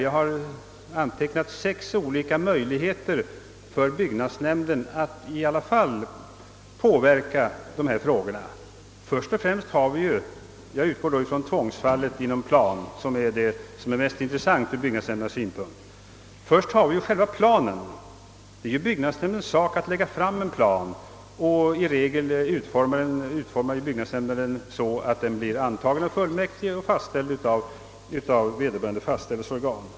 Jag har antecknat sex olika möjligheter för byggnadsnämnden att påver ka dessa frågor ändå. Om jag först utgår från tvångsfallet inom plan — som är det mest intressanta ur byggnadsnämndens synpunkt — så är det byggnadsnämndens sak att lägga fram en plan. I regel utformar nämnden planen så att den antages av fullmäktige och fastställes av vederbörande fastställande organ.